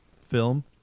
film